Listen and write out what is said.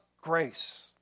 grace